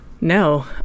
No